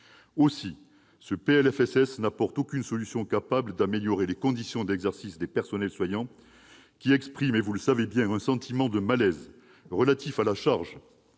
Aussi, ce PLFSS n'apporte aucune solution capable d'améliorer les conditions d'exercice des personnels soignants, qui expriment, vous le savez bien, un sentiment de malaise, alimenté par la charge